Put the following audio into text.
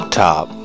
top